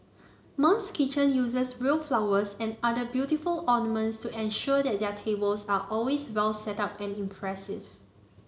mum's kitchen uses real flowers and other beautiful ornaments to ensure that their tables are always well setup and impressive